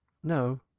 no,